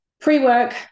pre-work